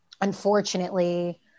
unfortunately